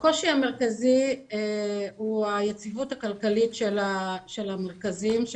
הקושי המרכזי הוא היציבות הכלכלית של המרכזים,